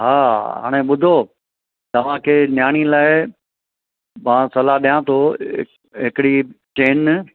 हा हाणे ॿुधो तव्हांखे नियाणी लाइ मां सलाह ॾियां थो हिकिड़ी चेन